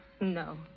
No